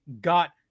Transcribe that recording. got